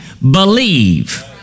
believe